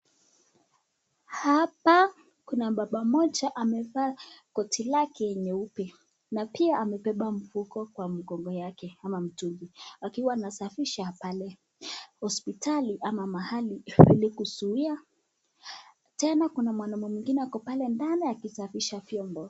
Hapa kuna baba mmoja amepaa koti lake nyeupe, na pia amembemba mfuko kwa mgongo yake ama mtungi akiwa anashafisha pale hospitali ama mahali ili kuzuia. Tena kuna mwanaume mwingine pale ndani akishafisha vyombo.